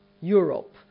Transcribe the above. Europe